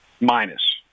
Minus